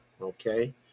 Okay